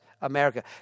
America